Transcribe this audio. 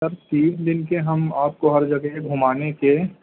سر تین دن کے ہم آپ کو ہر جگہ گھمانے کے